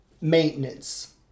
maintenance